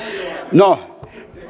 no